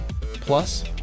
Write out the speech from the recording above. plus